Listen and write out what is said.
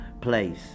place